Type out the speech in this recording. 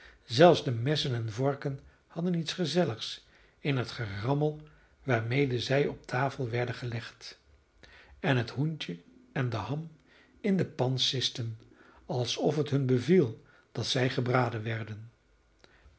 welwillendheid zelfs de messen en vorken hadden iets gezelligs in het gerammel waarmede zij op de tafel werden gelegd en het hoentje en de ham in de pan sisten alsof het hun beviel dat zij gebraden werden en